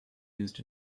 used